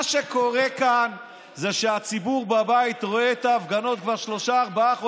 מה שקורה כאן זה שהציבור בבית רואה את ההפגנות כבר שלושה-ארבעה חודשים,